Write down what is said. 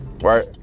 Right